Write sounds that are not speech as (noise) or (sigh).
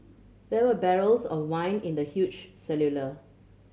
there were barrels of wine in the huge (unintelligible)